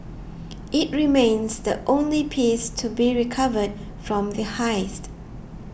it remains the only piece to be recovered from the heist